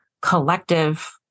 collective